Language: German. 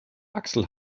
axel